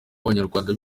abanyarwanda